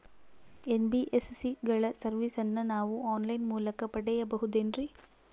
NBSC ಗಳ ಸರ್ವಿಸನ್ನ ನಾವು ಆನ್ ಲೈನ್ ಮೂಲಕ ಪಡೆಯಬಹುದೇನ್ರಿ?